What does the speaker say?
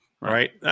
Right